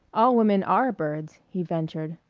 all women are birds, he ventured.